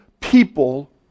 people